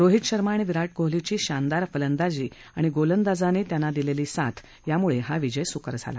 रोहित शर्मा आणि विराट कोहलीची शानदार फलंदाजी तसंच गोलंदाजांनी त्यांना दिलस्ती साथ यामुळक्वि विजय सुकर झाला